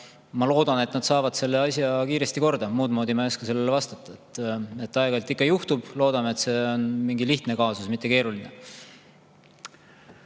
Ma loodan, et nad saavad selle asja kiiresti korda, muudmoodi ma ei oska sellele vastata. Aeg-ajalt ikka juhtub, loodame, et see on mingi lihtne kaasus, mitte keeruline.